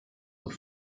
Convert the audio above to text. und